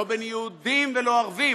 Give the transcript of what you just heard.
לא בין יהודים ולא ערבים.